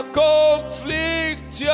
conflict